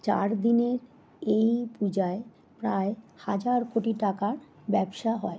চার দিনের এই পূজায় প্রায় হাজার কোটি টাকার ব্যবসা হয়